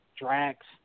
Drax